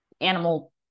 animal